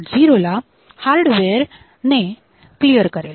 0 ला हार्डवेअर ने क्लीअर करेल